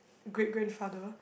great grandfather